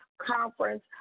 conference